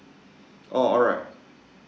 oh alright